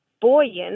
buoyant—